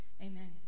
Amen